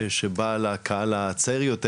שבאה לקהל הצעיר יותר,